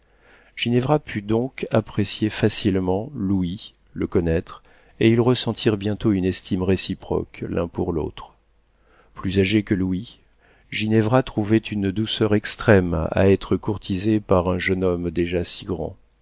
ginevra put donc apprécier facilement louis le connaître et ils ressentirent bientôt une estime réciproque l'un pour l'autre plus âgée que louis ginevra trouvait une douceur extrême à être courtisée par un jeune homme déjà si grand